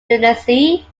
lunacy